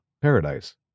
Paradise